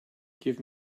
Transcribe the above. give